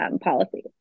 policies